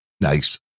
Nice